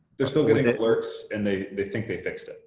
they're still going to get alerts and they they think they fixed it.